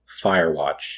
Firewatch